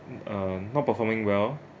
uh um not performing well